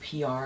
PR